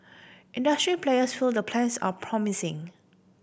industry players feel the plans are promising